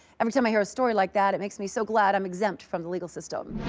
every time i hear a story like that, it makes me so glad i'm exempt from the legal system.